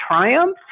triumph